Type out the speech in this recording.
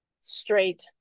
straight